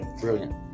Brilliant